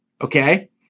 Okay